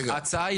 ההצעה היא